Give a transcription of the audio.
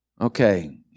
Okay